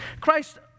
Christ